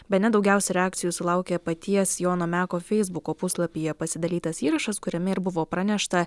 bene daugiausia reakcijų sulaukė paties jono meko feisbuko puslapyje pasidalytas įrašas kuriame ir buvo pranešta